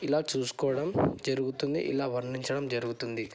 ఇలా చూసుకోవడం జరుగుతుంది ఇలా వర్ణించడం జరుగుతుంది